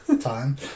time